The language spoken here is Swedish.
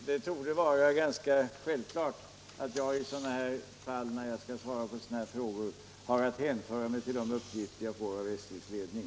Herr talman! Det torde vara självklart att jag, när jag svarar på sådana här frågor, har att hålla mig till de uppgifter jag får av SJ:s ledning.